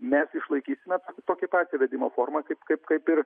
mes išlaikysime tokį patį vedimo formą kaip kaip kaip ir